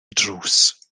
drws